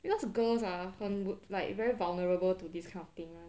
because girls are 很 would like very vulnerable to this kind of thing [one]